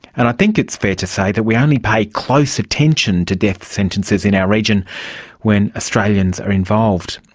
and i think it's fair to say that we only pay close attention to death sentences in our region when australians are involved.